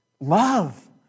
Love